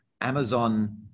Amazon